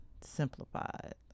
simplified